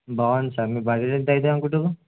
బావుంది సార్ మీ బడటం అదాం ఒకటకు